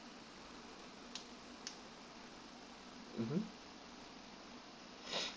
mmhmm